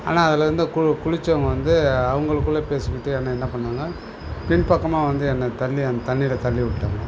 ஆனால் அதில் வந்து கு குளித்தவங்க வந்து அவங்களுக்குள்ள பேசிக்கிட்டு என்னை என்ன பண்ணாங்க பின் பக்கமாக வந்து என்னை தள்ளி அந்த தண்ணியில் தள்ளி விட்டாங்க